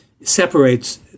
separates